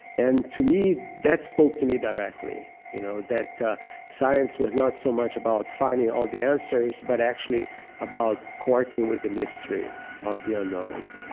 and to me, that spoke to me directly you know that science was not so much about finding all the answers but actually about courting with the mystery of the unknown.